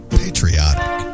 patriotic